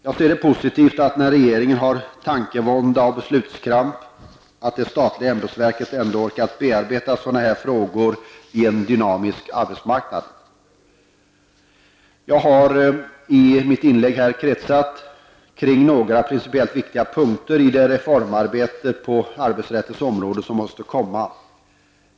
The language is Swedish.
Jag ser det som positivt att det statliga ämbetsverket när regeringen har tankevånda och beslutskramp orkar bearbeta sådana här frågor i en dynamisk arbetsmarknad. Jag har i mitt inlägg kretsat kring några principiellt viktiga punkter i det reformarbete på arbetsrättens område som måste komma.